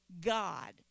God